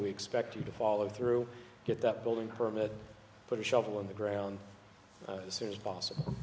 we expect you to follow through get that building permit put a shovel in the ground this is possible